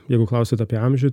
jeigu klausiat apie amžių